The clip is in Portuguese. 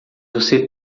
você